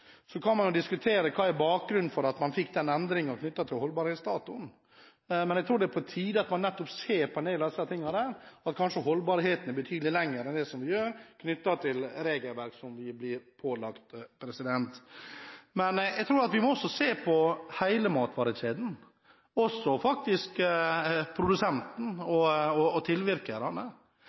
Så kan man diskutere hva som er bakgrunnen for at man fikk den endringen knyttet til holdbarhetsdatoen. Jeg tror det er på tide at man nettopp ser på en del av disse tingene, at kanskje holdbarheten er betydelig lengre enn det som praktiseres knyttet til regelverk som vi blir pålagt. Vi må også se på hele matvarekjeden, også produsenten og